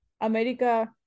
America